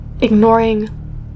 ignoring